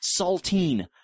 saltine